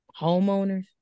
homeowners